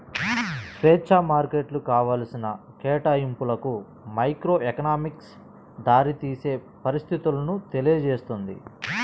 స్వేచ్ఛా మార్కెట్లు కావాల్సిన కేటాయింపులకు మైక్రోఎకనామిక్స్ దారితీసే పరిస్థితులను తెలియజేస్తుంది